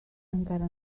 encara